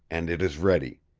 and it is ready.